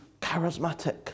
charismatic